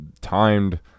timed